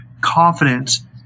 confidence